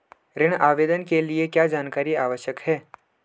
ऋण आवेदन के लिए क्या जानकारी आवश्यक है?